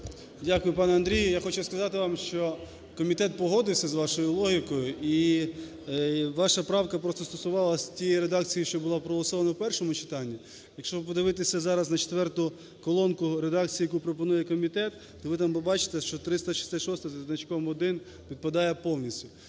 Дякую пане Андрію. Я хочу казати вам, що комітет погодився з вашою логікою. І ваша правка просто стосувалася тієї редакції, що була проголосована в першому читанні. Якщо подивитися зараз на четверту колонку редакції, яку пропонує комітет, то ви там побачите, що 366 зі значком 1 підпадає повністю.